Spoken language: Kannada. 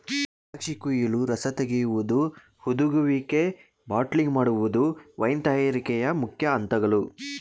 ದ್ರಾಕ್ಷಿ ಕುಯಿಲು, ರಸ ತೆಗೆಯುವುದು, ಹುದುಗುವಿಕೆ, ಬಾಟ್ಲಿಂಗ್ ಮಾಡುವುದು ವೈನ್ ತಯಾರಿಕೆಯ ಮುಖ್ಯ ಅಂತಗಳು